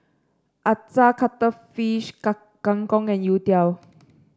acar cuttlefish kang Kang Kong and youtiao